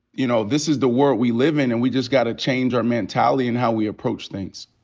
you know, this is the world we live in. and we just gotta change our mentality and how we approach things.